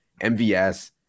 MVS